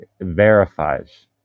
verifies